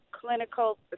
clinical